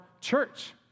church